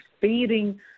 feeding